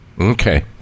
Okay